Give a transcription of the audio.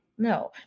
No